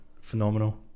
Phenomenal